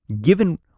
Given